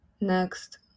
Next